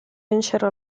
vincerà